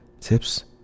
tips